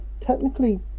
technically